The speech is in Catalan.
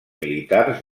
militars